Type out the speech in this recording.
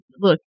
look